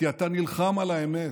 כי אתה נלחם על האמת,